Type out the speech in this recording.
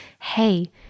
hey